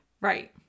Right